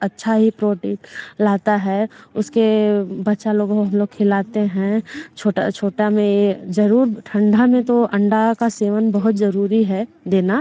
अच्छा ही प्रोटीन लहेता है उसके बच्चा लोग को हम लोग खिलाते हैं छोटा छोटा में जरूर ठंडा में तो अंडा का सेवन बहुत ज़रूरी है देना